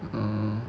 mm